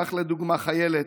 קח לדוגמה חיילת,